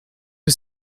que